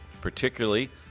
particularly